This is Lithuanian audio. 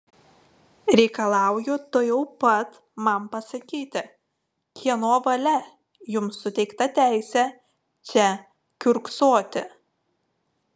reikalauju tuojau pat man pasakyti kieno valia jums suteikta teisė čia kiurksoti